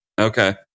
okay